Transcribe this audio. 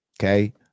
Okay